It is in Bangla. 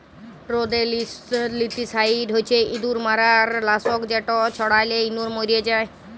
রোদেল্তিসাইড হছে ইঁদুর মারার লাসক যেট ছড়ালে ইঁদুর মইরে যায়